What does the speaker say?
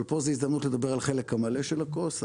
פה זו הזדמנות לדבר על החלק המלא של הכוס,